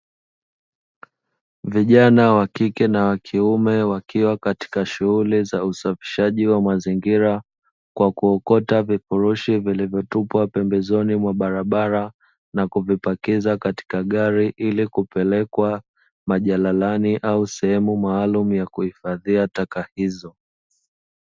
Vijana wa kike na wa kiume wakiwa katika shughuli za usafishaji wa mazingira kwa kuokota vifurushi vilivyotupwa pembezoni mwa barabara na kuvipakiza katika gari, ili kupelekwa majalalani au sehemu maalumu ya kuhifadhia taka hizo.